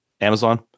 Amazon